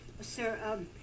Sir